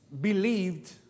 believed